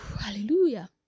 hallelujah